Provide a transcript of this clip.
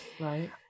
Right